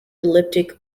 elliptic